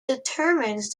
determines